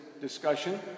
discussion